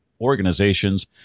organizations